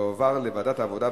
תועבר לוועדת העבודה,